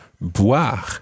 boire